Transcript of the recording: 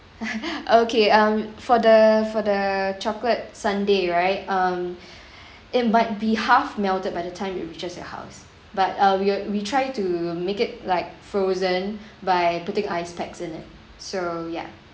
okay um for the for the chocolate sundae right um it might be half melted by the time it reaches your house but uh we'll we try to make it like frozen by putting ice packs in it so ya